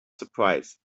surprise